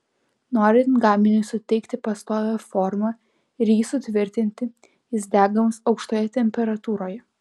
norint gaminiui suteikti pastovią formą ir jį sutvirtinti jis degamas aukštoje temperatūroje